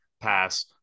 pass